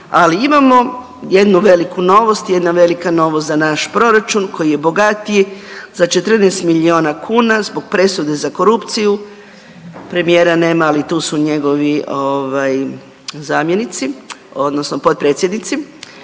ali imamo jednu veliku novost. Jedna velika novosti za naš proračun koji je bogatiji za 14 miliona kuna zbog presude za korupciju premije nema, ali tu su njegovi ovaj zamjenici odnosno potpredsjednici,